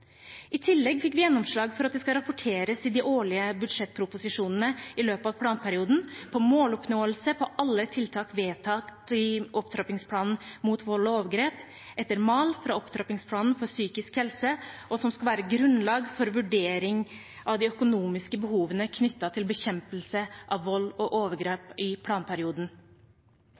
I tillegg fikk vi gjennomslag for at det skal rapporteres i de årlige budsjettproposisjonene i løpet av planperioden om måloppnåelse, om alle tiltak vedtatt i Opptrappingsplan mot vold og overgrep etter mal fra Opptrappingsplanen for psykisk helse, og som skal være grunnlag for vurdering av de økonomiske behovene knyttet til bekjempelse av vold og overgrep i planperioden.